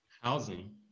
Housing